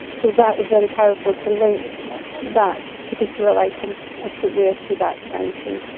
so that was very powerful to link that particular item of footwear to that crime scene.